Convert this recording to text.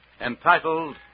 entitled